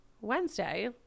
Wednesday